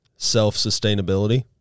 self-sustainability